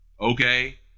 Okay